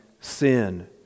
sin